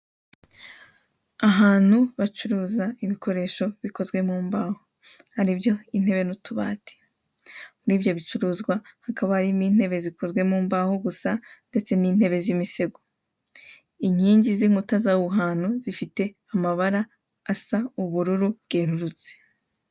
Ahantu bacuruza ibikoresho bikozwe mu mbaho. Aribyo intebe n'utubati. Muri ibyo bicuruzwa hakaba harimo intebe zikozwe mu mbaho gusa ndetse n'intebe z'imisego. Inkingi z'inkuta z'aho hantu zifite amabara asa ubururu bwerurutse.